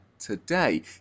today